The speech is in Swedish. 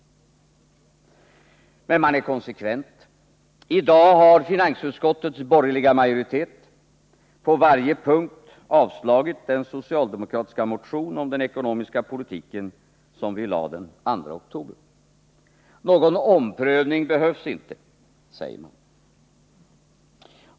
Men man är konsekvent. I dag har finansutskottets borgerliga majoritet på varje punkt avstyrkt den socialdemokratiska motion om den ekonomiska politiken som vi väckte den 2 oktober. Någon omprövning behövs inte, säger man.